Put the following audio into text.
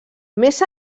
més